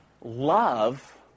Love